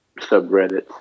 subreddits